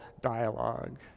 dialogue